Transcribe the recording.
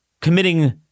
committing